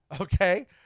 okay